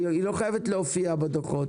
היא לא חייבת להופיע בדוחות?